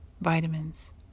vitamins